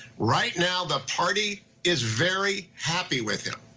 right now the party is very happy with him.